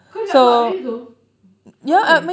kau nak buat macam gitu tak boleh